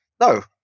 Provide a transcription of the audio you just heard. no